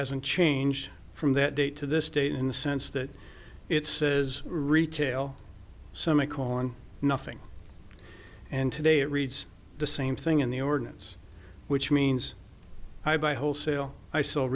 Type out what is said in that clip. hasn't changed from that date to this date in the sense that it says retail some may call on nothing and today it reads the same thing in the ordinance which means i buy wholesale i sell